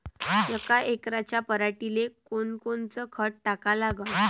यका एकराच्या पराटीले कोनकोनचं खत टाका लागन?